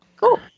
Cool